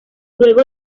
luego